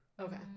Okay